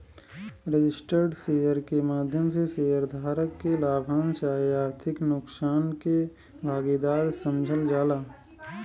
registered share के माध्यम से शेयर धारक के लाभांश चाहे आर्थिक नुकसान के भागीदार समझल जाला